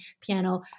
piano